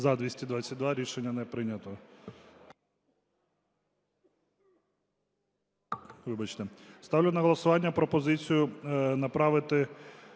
За-222 Рішення не прийнято.